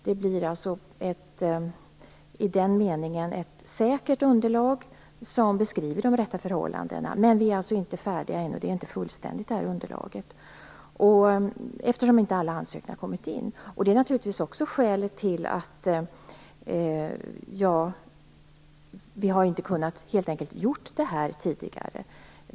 I den meningen blir det alltså ett säkert underlag som beskriver de rätta förhållandena. Men vi är inte färdiga ännu, och det här underlaget är inte fullständigt, eftersom alla ansökningar inte har kommit in. Det är naturligtvis också skälet till att vi inte har kunnat göra det här tidigare.